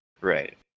Right